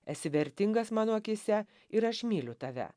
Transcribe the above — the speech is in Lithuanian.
esi vertingas mano akyse ir aš myliu tave